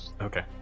Okay